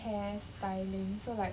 hair styling so like